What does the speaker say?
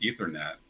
Ethernet